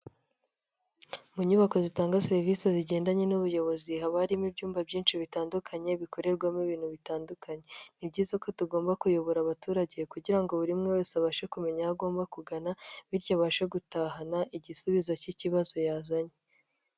Mu nyubako zitanga serivisi zigendanye n'ubuyobozi, haba harimo ibyumba byinshi bitandukanye bikorerwamo ibintu bitandukanye, ni byiza ko tugomba kuyobora abaturage kugira ngo buri umwe wese abashe kumenya aho agomba kugana bityo abashe gutahana igisubizo cy'ikibazo yazanye.